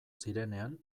zirenean